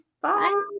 Bye